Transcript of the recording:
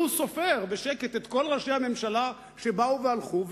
והוא סופר בשקט את כל ראשי הממשלה שבאו והלכו,